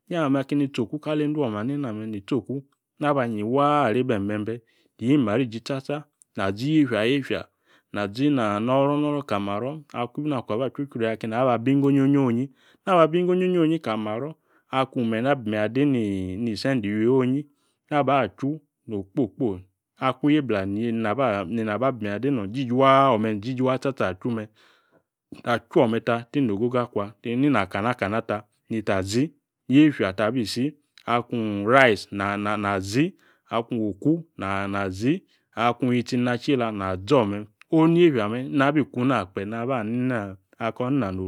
Inyaha me akem tsi oku kali e̱ndwo nena me ni tsi oku naba ayi waa are ibi embembe iyi maro iji tsatsa na azi yiefya yiefya na azi noro noro kali maro̱ even akung aba chru o chru ya kini aba bi inggo onyi onyi onyi naba bi inggo onyi onyi onyi onyi kali maro̱ akung menyi nabi menyi ade ni sendiji onyi naba achu okpo okpo, akung yebla neni aba bi menyi ade nong ome ni jij waa tsatsa achu me̱ na achu ome̱ ta ki inogogo akwa, kung mina kana kana ta ni ta zi yiefya tabi isi. Akung nice nazi akung oku nazi akung yitsi nina chieta nazi ome ong niefya me̱ nabi kuna kpe naba ani ako nina noru